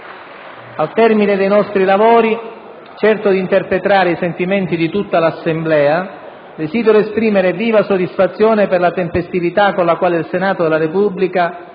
al termine dei nostri lavori, certo di interpretare i sentimenti di tutta l'Assemblea, desidero esprimere viva soddisfazione per la tempestività con la quale il Senato della Repubblica